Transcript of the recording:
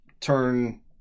turn